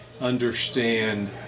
understand